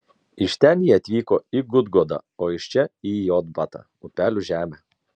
iš ten jie atvyko į gudgodą o iš čia į jotbatą upelių žemę